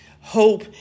Hope